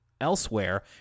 elsewhere